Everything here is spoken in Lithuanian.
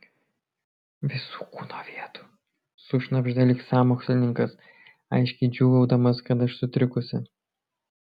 visų kūno vietų sušnabžda lyg sąmokslininkas aiškiai džiūgaudamas kad aš sutrikusi